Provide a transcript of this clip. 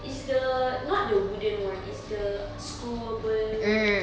it's the not the wooden [one] it's the screw-able